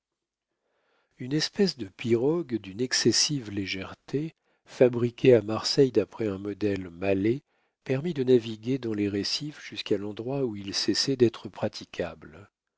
une espèce de pirogue d'une excessive légèreté fabriquée à marseille d'après un modèle malais permit de naviguer dans les rescifs jusqu'à l'endroit où ils cessaient d'être praticables